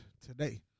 today